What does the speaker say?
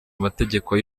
amategeko